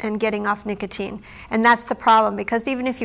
and getting off nicotine and that's the problem because even if you